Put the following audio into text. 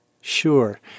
Sure